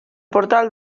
portal